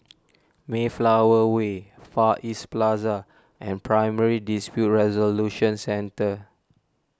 Mayflower Way Far East Plaza and Primary Dispute Resolution Centre